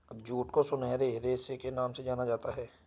jute को सुनहरे रेशे के नाम से जाना जाता है